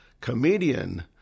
comedian